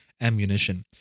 ammunition